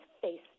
face